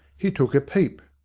he took a peep.